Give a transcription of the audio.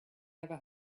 never